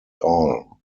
all